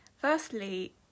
Firstly